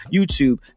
YouTube